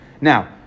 Now